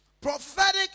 Prophetic